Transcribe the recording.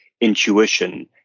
intuition